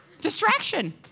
Distraction